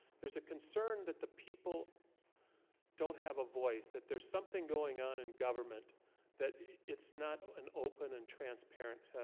there's a concern that the people don't have a voice that there's something going on in government that it's not an open and transparent